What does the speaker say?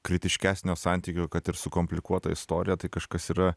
kritiškesnio santykio kad ir su komplikuota istorija tai kažkas yra